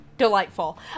delightful